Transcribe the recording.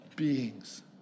beings